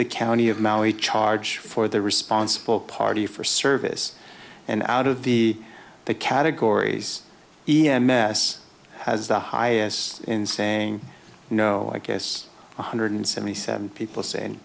the county of maui charge for the responsible party for service and out of the the categories e m s has the highest in saying no i guess one hundred seventy seven people say and